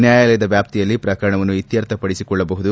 ನ್ಯಾಯಾಲಯದ ವ್ಯಾಪ್ತಿಯಲ್ಲಿ ಪ್ರಕರಣವನ್ನು ಇತ್ತರ್ಥಪಡಿಸಿಕೊಳ್ಳಬಹುದು